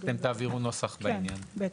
בוודאי.